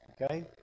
Okay